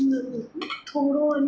थोरो अञा